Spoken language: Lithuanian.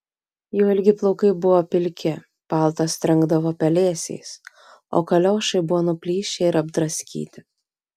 jo ilgi plaukai buvo pilki paltas trenkdavo pelėsiais o kaliošai buvo nuplyšę ir apdraskyti